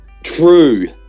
True